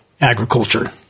agriculture